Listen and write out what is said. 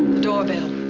doorbell.